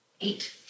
Eight